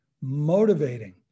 motivating